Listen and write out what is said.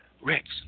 Rex